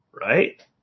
right